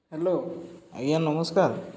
hello ଆଜ୍ଞା ନମସ୍କାର୍